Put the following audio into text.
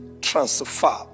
transfer